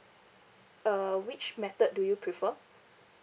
uh which method do you prefer